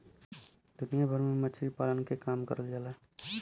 दुनिया भर में मछरी पालन के काम करल जाला